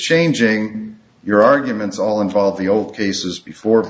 changing your arguments all involve the old cases before